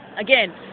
Again